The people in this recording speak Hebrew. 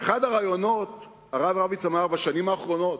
באחד הראיונות בשנים האחרונות,